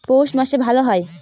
পৌষ মাসে ভালো হয়?